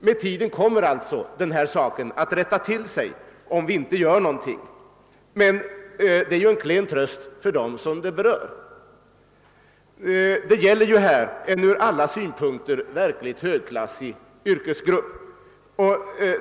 Med tiden kommer alltså förhållandet att rätta till sig även om vi inte gör någonting, men det är en klen tröst för dem som berörs. Det gäller här en från alla synpunkter verkligt högklassig yrkesgrupp.